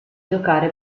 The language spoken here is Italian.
giocare